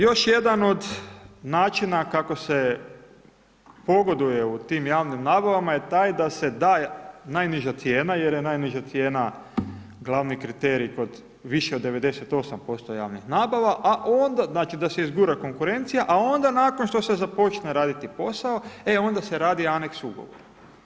Još jedan od načina kako se pogoduje u tim javnim nabavama je taj da se daje najniža cijena jer je najniža cijena glavni kriterij kod više od 98% javnih nabava a onda, znači da se izgura konkurencija a onda nakon što se započne raditi posao e onda se radi aneks ugovora.